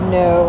no